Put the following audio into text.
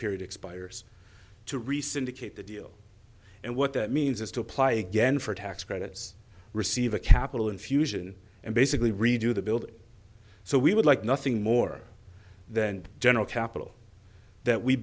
period expires to rescind a kate the deal and what that means is to apply again for tax credits receive a capital infusion and basically redo the building so we would like nothing more than general capital that we